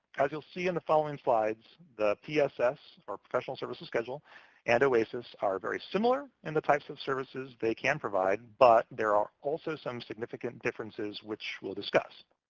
as you'll see in the following slides, the pss or professional services schedule and oasis are very similar in the types of services they can provide, but there are also some significant differences, which we'll discuss.